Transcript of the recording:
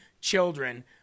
children